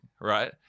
right